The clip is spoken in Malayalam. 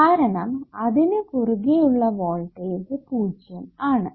കാരണം അതിനു കുറുകെ ഉള്ള വോൾടേജ് 0 ആണ്